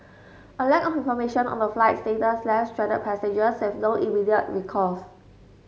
a lack of information on the flight's status left stranded passengers with no immediate recourse